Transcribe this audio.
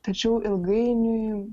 tačiau ilgainiui